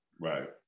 Right